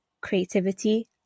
creativity